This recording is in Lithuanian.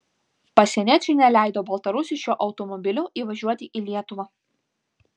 pasieniečiai neleido baltarusiui šiuo automobiliu įvažiuoti į lietuvą